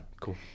Cool